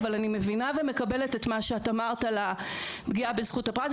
אבל אני מבינה ומקבלת את מה שאת אמרת על הפגיעה בזכות הפרט,